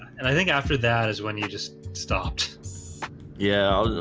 and i think after that is when you just stopped yeah,